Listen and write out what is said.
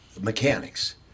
mechanics